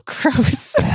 gross